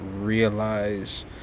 realize